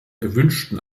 gewünschten